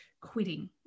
quitting